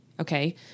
okay